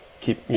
keep